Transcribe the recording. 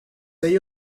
halla